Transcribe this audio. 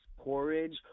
porridge